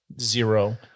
zero